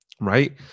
right